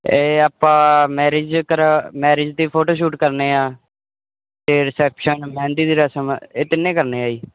ਇਹ ਆਪਾਂ ਮੈਰਿਜ ਜੇਕਰ ਮੈਰਿਜ ਦੀ ਫੋਟੋਸ਼ੂਟ ਕਰਦੇ ਹਾਂ ਅਤੇ ਰਿਸੈਪਸ਼ਨ ਮਹਿੰਦੀ ਦੀ ਰਸਮ ਇਹ ਤਿੰਨੇ ਕਰਦੇ ਹਾਂ ਜੀ